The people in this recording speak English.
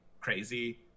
crazy